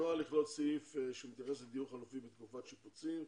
הנוהל יכלול סעיף שמתייחס לדיור חלופי בתקופת שיפוצים,